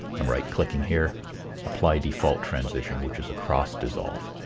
i'm right clicking here apply default transition which is a cross-dissolve.